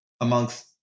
amongst